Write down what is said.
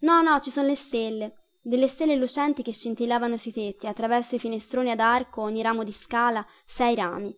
no no ci son le stelle delle stelle lucenti che scintillavano sui tetti attraverso i finestroni ad arco ogni ramo di scala sei rami